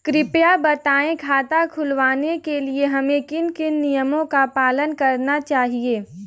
कृपया बताएँ खाता खुलवाने के लिए हमें किन किन नियमों का पालन करना चाहिए?